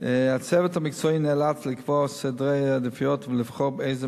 הצוות המקצועי נאלץ לקבוע סדרי עדיפויות ולבחור איזה